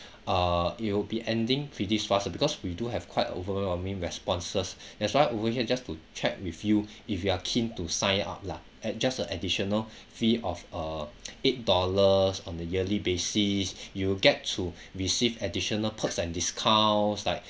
uh it'll be ending pretty fast because we do have quite overwhelming responses that's why over here just to check with you if you are keen to sign up lah at just a additional fee of uh eight dollars on a yearly basis you get to receive additional perks and discounts like